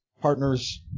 Partners